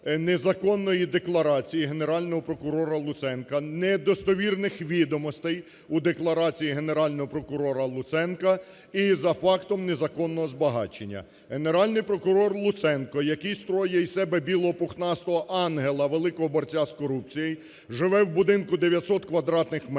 незаконної декларації Генерального прокурора Луценка, недостовірних відомостей у декларації Генерального прокурора Луценка і за фактом незаконного збагачення. Генеральний прокурор Луценка, який строїть із себе білого, пухнастого ангела, великого борця з корупцією, живе у будинку 900 квадратних метрів,